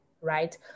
right